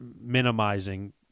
minimizing